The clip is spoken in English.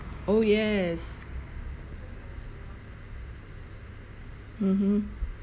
oh yes mmhmm